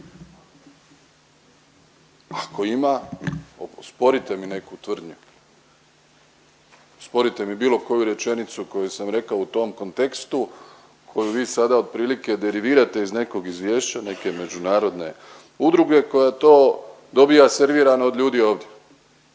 Ako ima osporite mi neku tvrdnju, osporite mi bilo koju rečenicu koju sam rekao u tom kontekstu koju vi sada otprilike derivirate iz nekog izvješća neka međunarodne udruge koja to dobija servirano od ljudi ovdje,